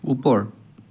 ওপৰ